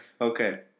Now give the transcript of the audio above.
Okay